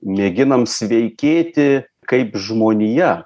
mėginam sveikėti kaip žmonija